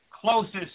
closest